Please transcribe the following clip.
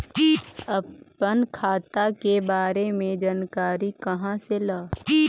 अपन खाता के बारे मे जानकारी कहा से ल?